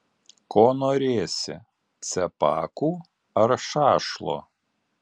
ko norėsi cepakų ar šašlo